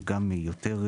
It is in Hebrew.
שגם היא יותר,